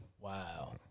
Wow